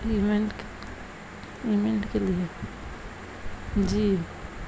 event event کے لیے جی